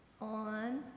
on